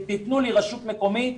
תנו לי רשות מקומית,